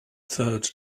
third